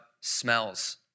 smells